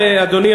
אדוני,